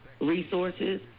resources